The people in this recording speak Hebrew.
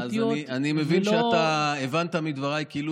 אז אני מבין שאתה הבנת מדבריי כאילו